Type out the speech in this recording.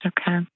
Okay